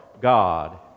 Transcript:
God